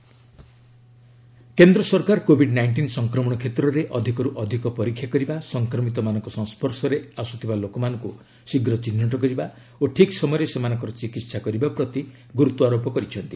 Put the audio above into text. centre steps କେନ୍ଦ୍ର ସରକାର Covid nineteen ସଂକ୍ରମଣ କ୍ଷେତ୍ରରେ ଅଧିକରୁ ଅଧିକ ପରୀକ୍ଷା କରିବା ସଂକ୍ରମିତମାନଙ୍କ ସଂସ୍ୱର୍ଶରେ ଆସିଥିବା ଲୋକମାନଙ୍କୁ ଶୀଘ୍ର ଚିହ୍ନଟ କରିବା ଓ ଠିକ୍ ସମୟରେ ସେମାନଙ୍କର ଚିକିତ୍ସା କରିବା ପ୍ରତି ଗୁରୁତ୍ୱାରୋପ କରିଛନ୍ତି